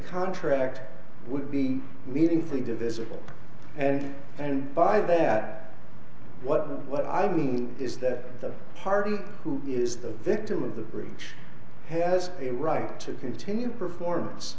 contract would be meaningfully divisible and and by that what i mean is that the party who is the victim of the rich has a right to continue performance